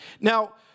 Now